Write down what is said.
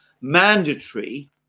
mandatory